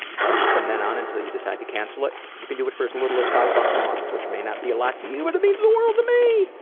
from from then on until you decide to cancel it. you can do it for as little as five dollars a month, which may not be a lot to you but it means the world to me.